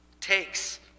takes